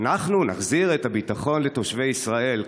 "אנחנו נחזיר את הביטחון לתושבי ישראל".